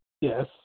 Yes